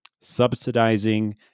subsidizing